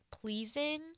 pleasing